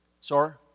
Sir